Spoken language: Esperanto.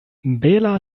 bela